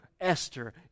Esther